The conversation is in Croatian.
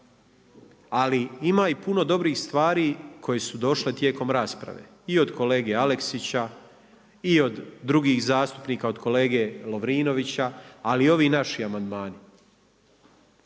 Ali ima i puno dobrih stvari koje su došle tijekom rasprave i od kolege Aleksića i od drugih zastupnika, od kolege Lovrinovića, ali i ovi naši amandmani.